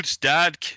dad